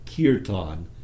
Kirtan